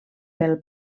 pel